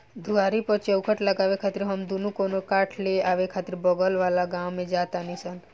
दुआरी पर चउखट लगावे खातिर हम दुनो कवनो काठ ले आवे खातिर बगल वाला गाँव में जा तानी सन